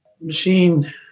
machine